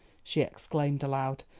she exclaimed aloud,